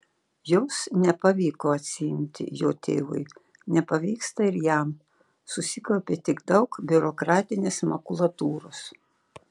jos nepavyko atsiimti jo tėvui nepavyksta ir jam susikaupia tik daug biurokratinės makulatūros